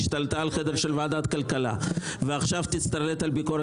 הכנסת השתלטה על חדר ועדת הכלכלה ועכשיו תשלט אל חדר